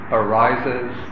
arises